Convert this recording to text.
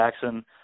jackson